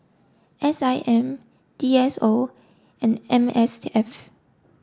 S I M D S O and M S F